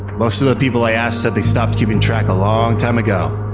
most of the people i asked said they stopped keeping track a long time ago.